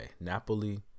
Napoli